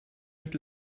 mit